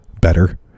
better